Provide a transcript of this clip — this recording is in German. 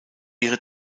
ihre